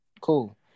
Cool